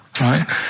Right